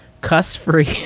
cuss-free